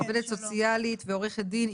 עובדת סוציאלית ועורכת דין,